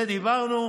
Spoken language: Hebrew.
על זה דיברנו,